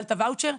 קיבלת וואוצ'ר,